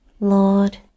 Lord